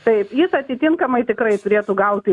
taip jis atitinkamai tikrai turėtų gauti